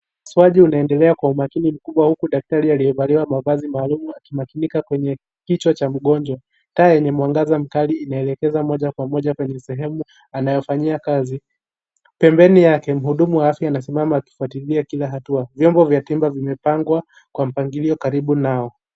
Upasuaji unaendelea kwa umakini mkubwa huku daktari aliyevalia mavzai maalum akimakinika kwenye kichwa cha mgonjwa taa yenye mwangaza mkali inaelekeza moja kwa moja kwenye sehemu anayofanyia kazi ,pembeni mwake mhudumu wa afya amesimama akifuatilia kila hatua , vyombo vya tiba vimepangwa kwa mpangilio karibu nao.